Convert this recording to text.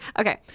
Okay